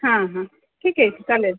हां हां ठीक आहे चालेल